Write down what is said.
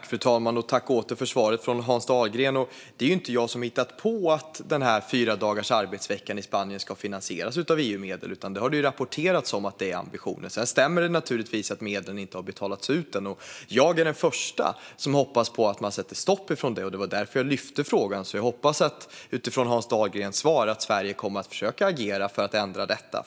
Fru talman! Tack, återigen, för svaret från Hans Dahlgren! Det är inte jag som har hittat på att den här fyradagarsveckan i Spanien ska finansieras av EU-medel, utan det har rapporterats om att det är ambitionen. Sedan stämmer det naturligtvis att medlen inte har betalats ut än. Jag är den första att hoppas på att man sätter stopp för det; det var därför jag lyfte frågan. Utifrån Hans Dahlgrens svar hoppas jag därför att Sverige kommer att försöka agera för att ändra detta.